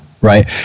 right